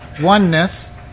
oneness